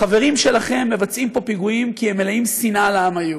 החברים שלכם מבצעים פה פיגועים כי הם מלאים שנאה לעם היהודי.